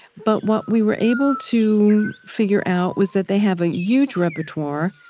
but what we were able to figure out was that they have a huge repertoire